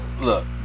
Look